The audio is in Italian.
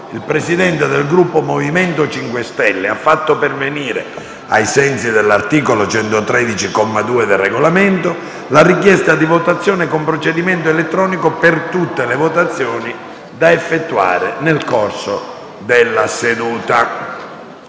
il Presidente del Gruppo MoVimento 5 Stelle ha fatto pervenire, ai sensi dell'articolo 113, comma 2, del Regolamento, la richiesta di votazione con procedimento elettronico per tutte le votazioni da effettuare nel corso della seduta.